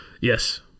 Yes